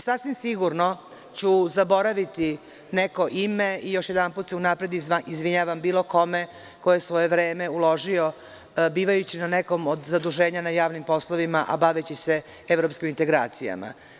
Sasvim sigurno ću zaboravi neko ime i još jednom se unapred izvinjavam bilo kome ko je svoje vreme uložio bivajući na nekom od zaduženja na javnim poslovima, a baveći se evropskim integracijama.